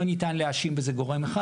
לא ניתן להאשים בזה גורם אחד,